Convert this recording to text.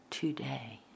today